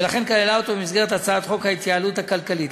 ולכן היא כללה אותו במסגרת הצעת חוק ההתייעלות הכלכלית.